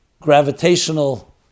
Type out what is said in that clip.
gravitational